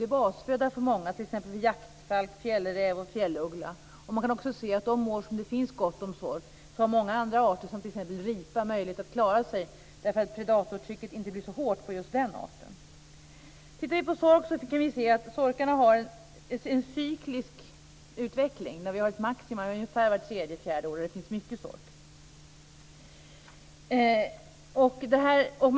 Den är basföda för många, t.ex. jaktfalk, fjällräv och fjälluggla. Man kan också se att de år det finns gott om sork har många andra arter, som t.ex. ripa, möjlighet att klara sig, därför att predatortrycket inte blir så hårt på just den arten. Tittar vi närmare på sork kan vi se att sorkarna har en cyklisk utveckling med ett maximum ungefär vart tredje fjärde år, då det finns mycket sork.